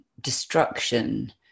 destruction